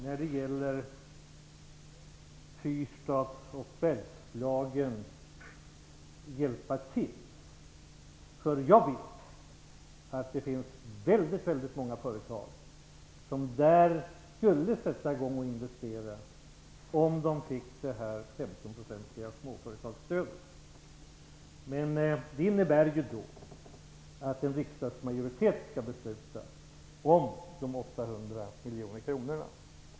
När det gäller Fyrstad och Bergslagen kan Hans Andersson hjälpa till. Jag vet att det finns många företag som skulle sätta i gång och investera om de fick det här 15-procentiga småföretagsstödet. Men det innebär att en riksdagsmajoritet skall besluta om de 800 miljoner kronorna.